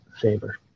favor